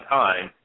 time